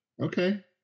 Okay